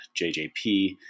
JJP